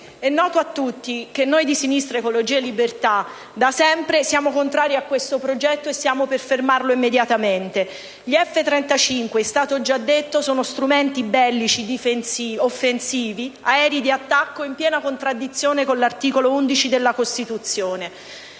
noto a tutti che noi di Sinistra Ecologia e Libertà siamo da sempre contrari a questo progetto e siamo per fermarlo immediatamente. Gli F-35, è stato già detto, sono strumenti bellici offensivi, aerei di attacco in piena contraddizione con l'articolo 11 della Costituzione.